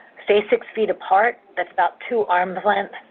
stay six feet apart. that's about two arms' lengths,